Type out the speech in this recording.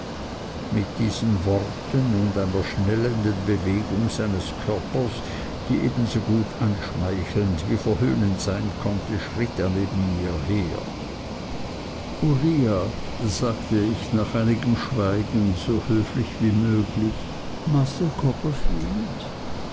mit diesen worten und einer schnellenden bewegung seines körpers die ebensogut einschmeichelnd wie verhöhnend sein konnte schritt er neben mir her uriah sagte ich nach einigem schweigen so höflich wie möglich master copperfield